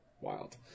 Wild